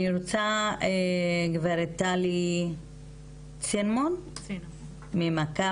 אני רוצה לתת לגב' טלי צינמון ממכבי.